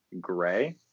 gray